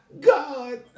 God